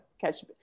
catch